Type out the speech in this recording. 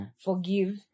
forgive